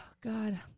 God